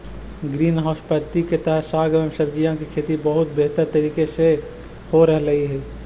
green house पद्धति के तहत साग एवं सब्जियों की खेती बहुत बेहतर तरीके से हो रहलइ हे